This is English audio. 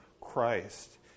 Christ